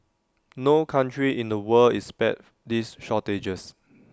no country in the world is spared these shortages